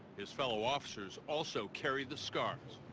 his fellow officers also carried the scars.